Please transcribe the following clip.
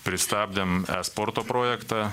pristabdėm sporto projektą